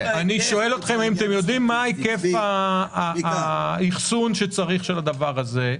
אני שואל אתכם האם אתם יודעים מה היקף האחסון שנצרך לדבר הזה,